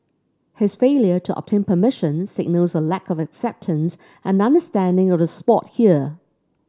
his failure to obtain permission signals a lack of acceptance and understanding of the sport here